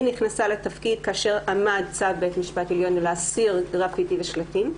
היא נכנסה לתפקיד כאשר עמד צו בית משפט עליון להסיר גרפיטי ושלטים.